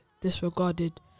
disregarded